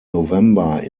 november